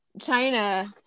China